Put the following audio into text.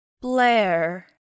Blair